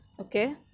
Okay